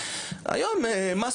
אבל באמת,